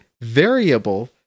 variable